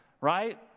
right